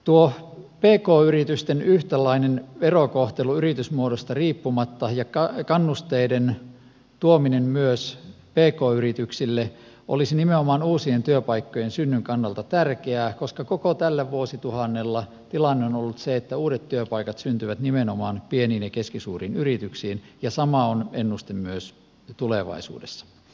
tuo pk yritysten yhtäläinen verokohtelu yritysmuodosta riippumatta ja kannusteiden tuominen myös pk yrityksille olisivat nimenomaan uusien työpaikkojen synnyn kannalta tärkeitä koska tällä vuosituhannella tilanne on ollut se että uudet työpaikat syntyvät nimenomaan pieniin ja keskisuuriin yrityksiin ja sama on ennuste myös tulevaisuudessa